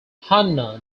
hanna